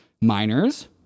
Miners